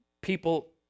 people